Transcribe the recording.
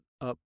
up